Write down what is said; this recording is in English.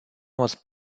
was